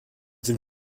sind